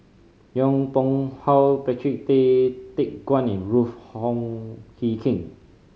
Yong Pung How Patrick Tay Teck Guan and Ruth Wong Hie King